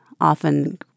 often